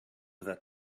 that